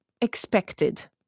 expected